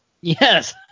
Yes